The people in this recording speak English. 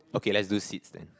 okay let's do seeds then